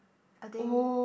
I think